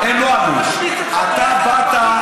אתה באת,